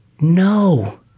no